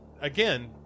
again